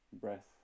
breath